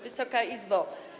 Wysoka Izbo!